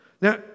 Now